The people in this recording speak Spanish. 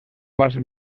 más